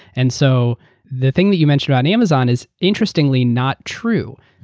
and so the thing that you mentioned about amazon is interestingly not true.